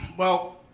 well,